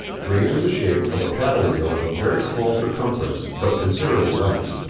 made in the shape of a paddle-wheel of very small circumference but considerable length,